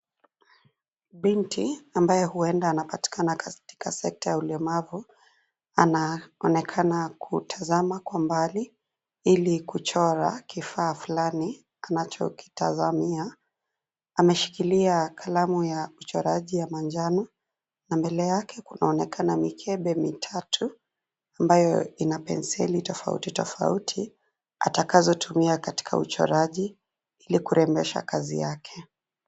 Binti ambaye huenda anapatikana katika sekta ya ulemavu anaonekana kutazama kwa mbali ili kuchora kifaa fulani anachokitazamia. Ameshikilia kalamu ya uchoraji ya manjano na mbele yake kunaonekana mikebe mitatu ambayo ina penseli tofauti tofauti atakazotumia katika uchoraji ili kurembesha kazi yake.